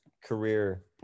career